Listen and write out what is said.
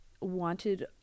wanted